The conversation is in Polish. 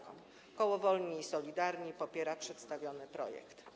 Koło Wolni i Solidarni popiera przedstawiony projekt.